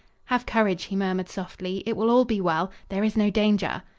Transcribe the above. have courage, he murmured softly. it will all be well. there is no danger.